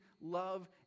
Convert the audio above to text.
love